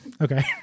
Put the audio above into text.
Okay